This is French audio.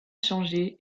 changé